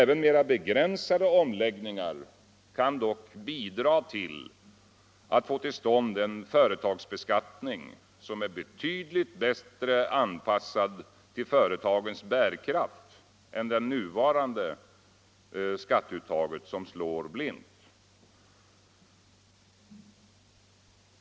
Även mera begränsade omläggningar kan dock bidra till att få till stånd en företagsbeskattning som är betydligt bättre anpassad till företagens bärkraft än det nuvarande skatteuttaget, som slår blint.